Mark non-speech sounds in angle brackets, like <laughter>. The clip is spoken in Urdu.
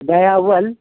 <unintelligible> اول